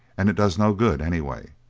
and it does no good, anyway.